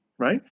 right